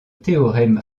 théorème